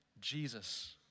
Jesus